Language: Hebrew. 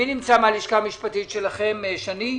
מי נמצא מהלשכה המשפטית שלכם, שנית?